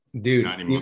Dude